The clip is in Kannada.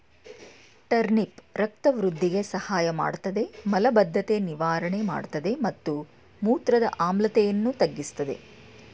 ಟರ್ನಿಪ್ ರಕ್ತ ವೃಧಿಗೆ ಸಹಾಯಮಾಡ್ತದೆ ಮಲಬದ್ಧತೆ ನಿವಾರಣೆ ಮಾಡ್ತದೆ ಮತ್ತು ಮೂತ್ರದ ಆಮ್ಲೀಯತೆಯನ್ನು ತಗ್ಗಿಸ್ತದೆ